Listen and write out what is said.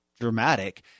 dramatic